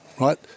right